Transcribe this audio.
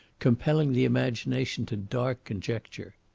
compelling the imagination to dark conjecture.